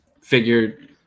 figured